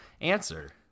answer